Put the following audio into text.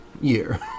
year